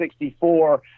64